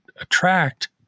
attract